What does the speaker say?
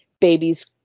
babies